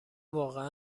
واقعا